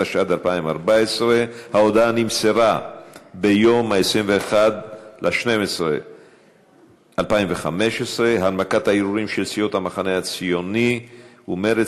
התשע"ד 2014. ההודעה נמסרה ביום 21 בדצמבר 2015. הנמקת הערעורים של סיעות המחנה הציוני ומרצ,